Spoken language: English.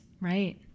Right